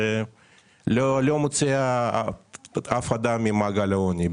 שלא מוציאה אף אדם ממעגל העוני.